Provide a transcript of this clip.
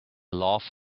laugh